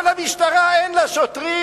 אבל המשטרה אין לה שוטרים,